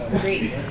Great